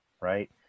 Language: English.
right